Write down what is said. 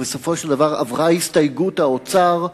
ובסופו של דבר עברה הסתייגות האוצר,